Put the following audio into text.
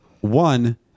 One